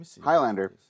Highlander